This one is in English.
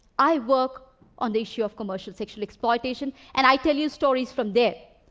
i work on the issue of commercial sexual exploitation. and i tell you stories from there.